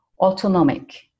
Autonomic